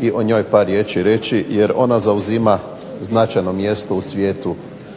i o njoj par riječi reći jer ona zauzima značajno mjesto u svijetu